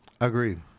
Agreed